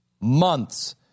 months